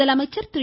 முதலமைச்சர் திரு